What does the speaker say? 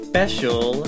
special